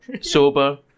sober